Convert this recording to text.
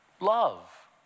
Love